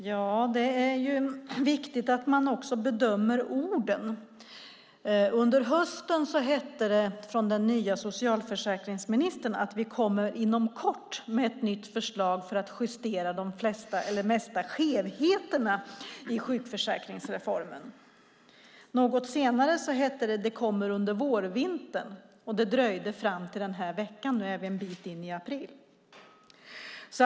Fru talman! Det är viktigt att man också bedömer orden. Under hösten hette det från den nya socialförsäkringsministern: Vi kommer inom kort med ett nytt förslag för att justera de flesta skevheterna i sjukförsäkringsreformen. Något senare hette det: Det kommer under vårvintern. Det dröjde fram till den här veckan, och nu är vi en bit in i april.